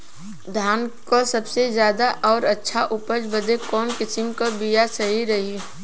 धान क सबसे ज्यादा और अच्छा उपज बदे कवन किसीम क बिया सही रही?